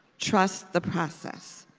trust the process.